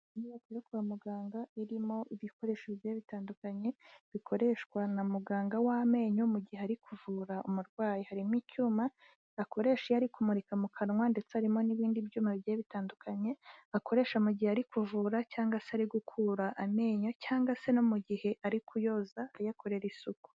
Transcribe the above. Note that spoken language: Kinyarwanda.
Inyubako yo kwa muganga irimo ibikoresho bigiye bitandukanye bikoreshwa na muganga w'amenyo mu gihe arikuvura umurwayi, harimo icyuma akoresha iyo arikumurika mu kanwa ndetse harimo n'ibindi byuma bigiye bitandukanye akoresha mu gihe arikuvura cyangwa se arigukura amenyo cyangwa se no mu gihe arikuyoza ayakorera isuku.